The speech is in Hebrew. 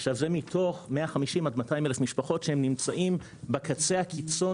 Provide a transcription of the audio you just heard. עכשיו זה מתוך 150 עד 200 אלף משפחות שהם נמצאים בקצה הקיצון